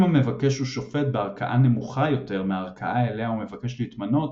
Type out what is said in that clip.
אם המבקש הוא שופט בערכאה נמוכה יותר מהערכאה אליה הוא מבקש להתמנות,